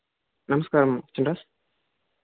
నమస్కారం చిల్డ్రన్